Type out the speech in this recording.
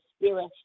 Spirit